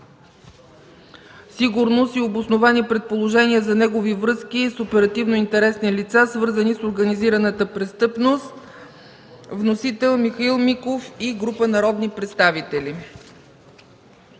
сигурност и обосновани предположения за негови връзки с оперативно интересни лица, свързани с организираната престъпност. Вносител – Михаил Миков и група народни представители.